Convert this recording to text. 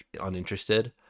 uninterested